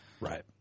Right